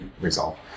resolve